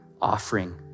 offering